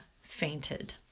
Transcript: fainted